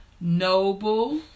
noble